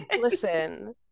listen